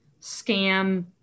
scam